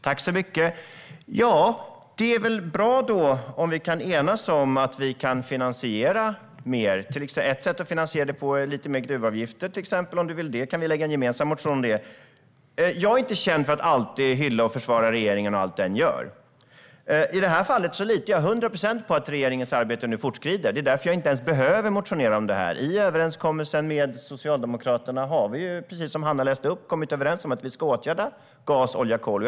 Herr talman! Det är väl bra om vi kan enas om att vi kan finansiera mer. Ett sätt att finansiera detta är via lite mer gruvavgifter. Om Hanif Bali vill det, till exempel, kan vi väcka en gemensam motion om detta. Jag är inte känd för att alltid hylla och försvara regeringen och allt den gör. I det här fallet litar jag till hundra procent på att regeringens arbete nu fortskrider. Det är därför jag inte ens behöver motionera om detta. I överenskommelsen med Socialdemokraterna har vi, precis som Hanna läste upp, kommit överens om att vi ska åtgärda gas, olja och kol.